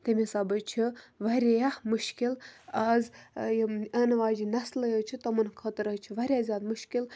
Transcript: تمہِ حِساب حظ چھِ واریاہ مُشکل آز یِم اِنہٕ واجٮ۪ن نَسلہٕ حظ چھِ تِمَن خٲطرٕ حظ چھِ واریاہ زیادٕ مُشکل